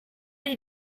did